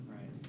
Right